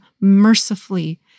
mercifully